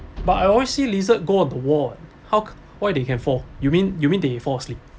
but I always see lizard go on the wall eh how why they can fall you mean you mean they fall asleep